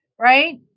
right